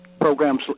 programs